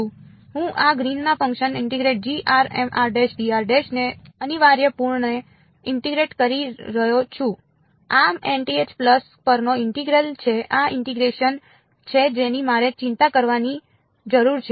હું આ ગ્રીનના ફંક્શન ને અનિવાર્યપણે ઇન્ટીગ્રેટ કરી રહ્યો છું આ nth પલ્સ પરનો ઇન્ટિગ્રલ છે આ ઇન્ટીગ્રેશન છે જેની મારે ચિંતા કરવાની જરૂર છે